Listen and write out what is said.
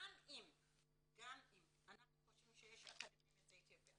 גם אם אנחנו חושבים שיש אקדמאים יוצאי אתיופיה